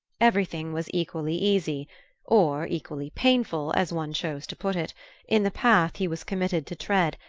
everything was equally easy or equally painful, as one chose to put it in the path he was committed to tread,